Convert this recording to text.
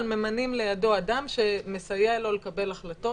אבל ממנים לידו אדם שמסייע לו לקבל החלטות.